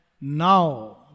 now